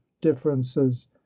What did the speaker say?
differences